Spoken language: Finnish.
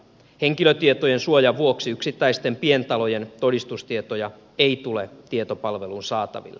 henkilötietojen suojan vuoksi yksittäisten pientalojen todistustietoja ei tule tietopalveluun saataville